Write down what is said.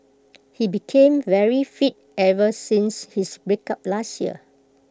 he became very fit ever since his breakup last year